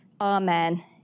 Amen